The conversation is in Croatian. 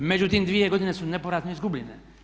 Međutim, 2 godine su nepovratno izgubljene.